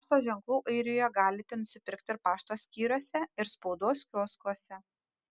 pašto ženklų airijoje galite nusipirkti ir pašto skyriuose ir spaudos kioskuose